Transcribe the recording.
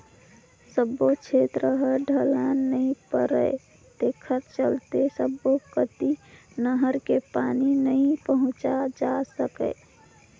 सब्बो छेत्र ह ढलान नइ परय तेखर चलते सब्बो कति नहर ले पानी नइ पहुंचाए जा सकय